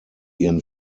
ihren